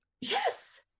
Yes